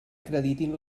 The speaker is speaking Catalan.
acreditin